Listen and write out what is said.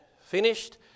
finished